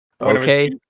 Okay